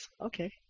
okay